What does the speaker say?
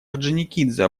орджоникидзе